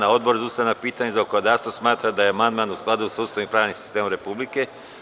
Odbor za ustavna pitanja i zakonodavstvo smatra da je amandman u skladu sa Ustavom i pravnim sistemom Republike.